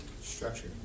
Structure